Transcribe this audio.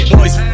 Boys